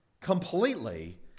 completely